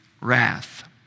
wrath